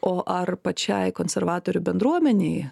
o ar pačiai konservatorių bendruomenei